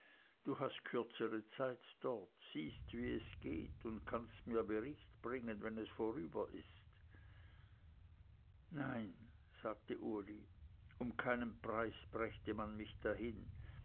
du hast kürzere zeit dort siehst wie es geht und kannst mir bericht bringen wenn es vorüber ist nein sagte uli um keinen preis brächte man mich dahin